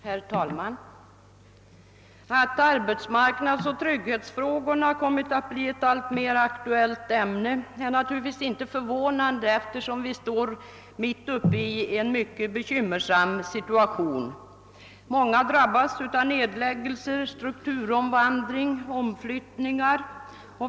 Herr talman! Att arbetsmarknadsoch trygghetsfrågorna kommit att bli ett alltmer aktuellt diskussionsämne är inte förvånande, eftersom vi står mitt uppe i en mycket bekymmersam situation. Många människor drabbas av företagsnedläggningar, strukturomvandling och omflyttningar.